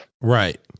Right